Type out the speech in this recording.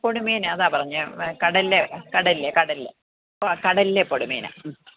പൊടി മീൻ അതാ പറഞ്ഞേ കടൽലെ ആ കടൽലെ കടൽലെ പൊടി മീൻ